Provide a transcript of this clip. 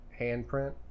handprint